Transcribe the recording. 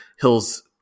Hill's